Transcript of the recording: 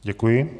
Děkuji.